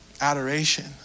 adoration